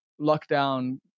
lockdown